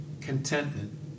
contentment